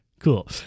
Cool